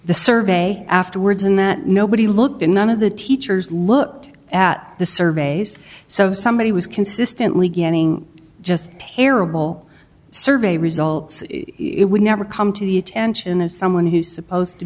the survey afterwards and that nobody looked and none of the teachers looked at the surveys so if somebody was consistently getting just terrible survey results it would never come to the attention of someone who's supposed to